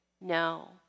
No